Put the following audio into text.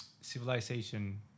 civilization